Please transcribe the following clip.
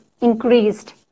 increased